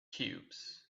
cubes